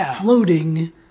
floating